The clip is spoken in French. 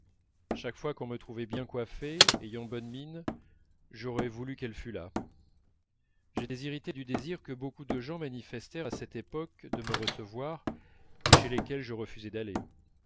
chaque fois qu'on me trouvait bien coiffé ayant bonne mine j'aurais voulu qu'elle fût là j'étais irrité du désir que beaucoup de gens manifestèrent à cette époque de me recevoir et chez lesquels je refusai d'aller